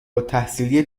التحصیلی